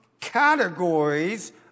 categories